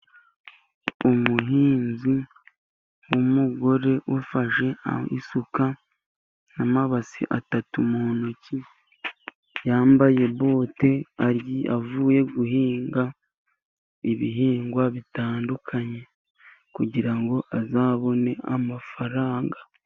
Umuhinzi w'umugore ufashe isuka n'amabasi atatu mu ntoki. Yambaye bote avuye guhinga ibihingwa bitandukanye, kugira ngo azabone amafaranga.